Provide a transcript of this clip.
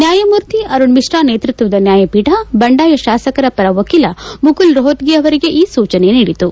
ನ್ಯಾಯಮೂರ್ತಿ ಅರುಣ್ ಮಿಶ್ರ ನೇತೃತ್ವದ ನ್ಯಾಯಪೀಠ ಬಂಡಾಯ ಶಾಸಕರ ಪರ ವಕೀಲ ಮುಕುಲ್ ರೋಪಟಗಿ ಅವರಿಗೆ ಈ ಸೂಜನೆ ನೀಡಿತು